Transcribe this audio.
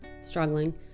struggling